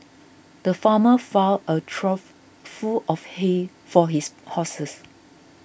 the farmer filled a trough full of hay for his horses